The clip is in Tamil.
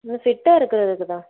ம் ஃபிட்டாக இருக்கிறதுக்கு தான்